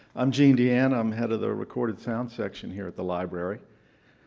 i'm gene deanna. i'm head of the recorded sound section here at the library.